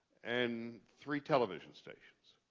and three television stations.